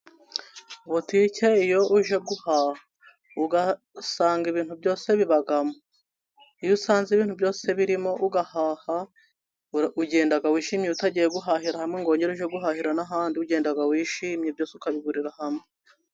Butike iyo uje guhaha, ugasanga ibintu byose bibamo, iyo usanze ibintu byose birimo ugahaha, ugenda wishimye. Utagiye guhahira hamwe ngo wongere uje guhahira n'ahandi, ugenda wishimye byose ukabihahira hamwe.